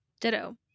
Ditto